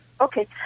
Okay